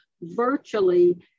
virtually